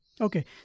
Okay